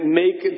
make